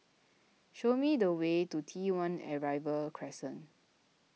show me the way to T one Arrival Crescent